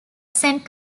saint